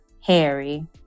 Harry